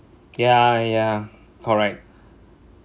yeah yeah correct